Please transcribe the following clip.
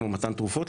כמו מתן תרופות,